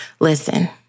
listen